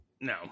no